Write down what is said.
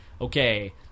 okay